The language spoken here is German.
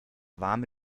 warme